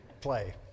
play